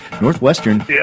Northwestern